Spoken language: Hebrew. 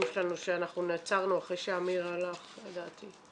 שלנו שאנחנו נעצרנו אחרי שאמיר הלך לדעתי.